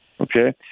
okay